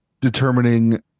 determining